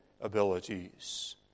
abilities